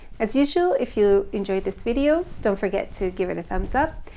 as usual if you enjoyed this video don't forget to give it a thumbs up,